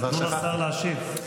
אבל תנו לשר להשיב.